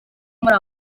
muri